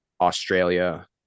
Australia